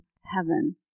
heaven